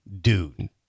dude